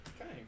Okay